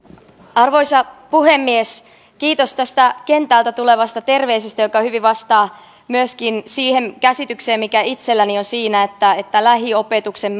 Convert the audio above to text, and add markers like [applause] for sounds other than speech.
arvoisa puhemies kiitos tästä kentältä tulevasta terveisestä joka hyvin vastaa myöskin siihen käsitykseen mikä itselläni on siitä että lähiopetuksen [unintelligible]